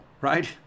right